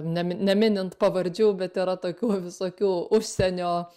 nemi neminint pavardžių bet yra tokių visokių užsienio